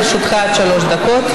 לרשותך עד שלוש דקות.